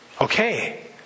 Okay